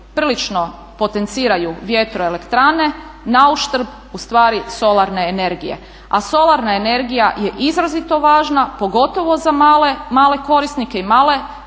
prilično potenciraju vjetroelektrane nauštrb ustvari solarne energije. A solarna energije je izrazito važna pogotovo za male korisnike i male